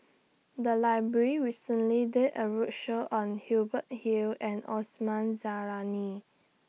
The Library recently did A roadshow on Hubert Hill and Osman Zailani